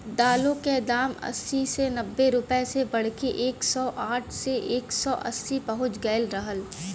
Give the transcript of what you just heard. दालों क दाम अस्सी से नब्बे रुपया से बढ़के एक सौ साठ से एक सौ अस्सी पहुंच गयल रहल